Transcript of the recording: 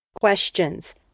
questions